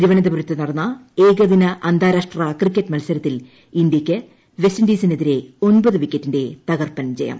തിരുവനന്തപുരത്ത് നടന്ന ഏകദിന അന്താരാഷ്ട്ര പ്രകിക്കറ്റ് മത്സരത്തിൽ ഇന്തൃയ്ക്ക് വെസ്റ്റ് ഇൻഡീസിനെതിരെ ഒൻപതു വിക്കറ്റിന്റെ തകർപ്പൻ ജയം